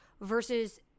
versus